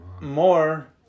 more